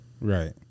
Right